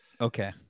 Okay